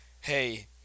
Hey